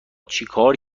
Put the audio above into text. چیکار